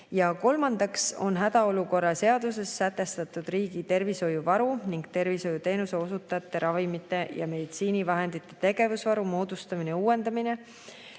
Kolmandaks on hädaolukorra seaduses sätestatud riigi tervishoiu[valdkonna] varu ning tervishoiuteenuse osutajate ravimite ja meditsiinivahendite tegevusvaru moodustamine ja uuendamine.